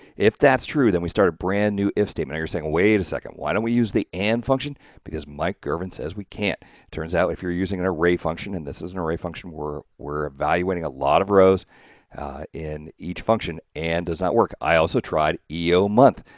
if that's true, then we start a brand new if statement you're saying wait a second. why don't we use the and function because mike girvin says, we can't turns out if you're using an array function and this is an array function were we're evaluating a lot of rows in each function and does not work. i also tried eo month,